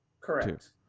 Correct